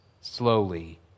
slowly